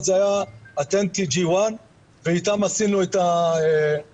זה היה --- ואיתם עשינו את הניסוי.